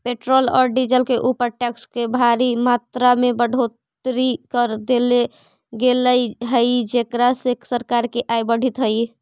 petrol औउर diesel के ऊपर टैक्स के भारी मात्रा में बढ़ोतरी कर देले गेल हई जेकरा से सरकार के आय बढ़ीतऽ हई